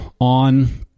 on